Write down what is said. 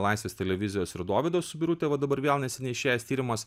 laisvės televizijos ir dovydo su birute va dabar vėl neseniai išėjęs tyrimas